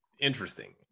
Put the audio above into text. interesting